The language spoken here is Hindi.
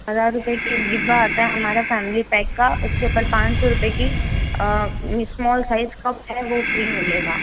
हज़ार रूपये के डिब्बा आता है हमारा फ़ैमिली पैक का उसके ऊपर पाँच सौ रूपये की स्मॉल साइज़ कप है वो फ्री मिलेगा